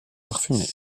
parfumé